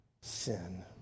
sin